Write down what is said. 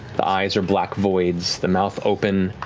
the eyes are black voids, the mouth open,